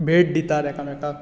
भेट दितात एकामेकांक